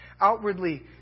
outwardly